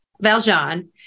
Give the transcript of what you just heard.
Valjean